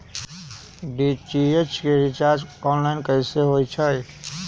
DTH के recharge online कैसे होईछई?